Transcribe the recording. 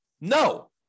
No